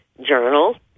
journal